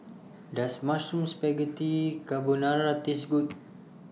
Does Mushroom Spaghetti Carbonara Taste Good